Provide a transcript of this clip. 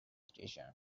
station